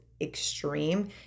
extreme